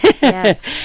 Yes